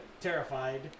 Terrified